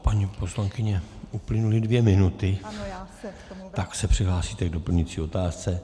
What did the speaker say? Paní poslankyně, uplynuly dvě minuty, tak se přihlásíte k doplňující otázce.